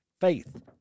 Faith